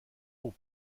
aux